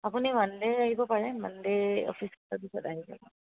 আপুনি মানডে' আহিব পাৰে মানডে' অফিচ খোলাৰ পিছত আহি যাব